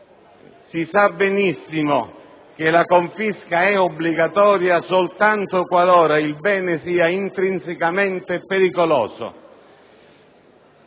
Si sa benissimo che la confisca è obbligatoria soltanto qualora il bene sia intrinsecamente pericoloso.